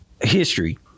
history